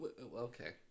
Okay